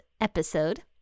episode